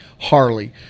harley